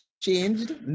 changed